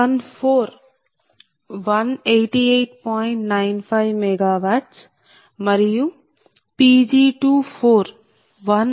95 MW మరియు Pg2 185